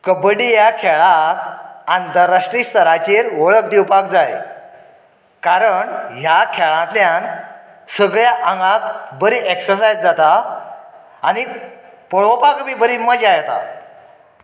कबड्डी ह्या खेळाक आंतरराष्ट्राय स्तराचेर वळख दिवपाक जाय कारण ह्या खेळांतल्यान सगळ्या आंगाक बरी एक्सर्सायज जाता आनीक पळोवपाक बी बरी मजा येता